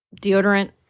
deodorant